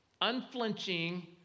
unflinching